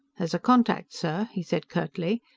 there's a contact, sir, he said curtly.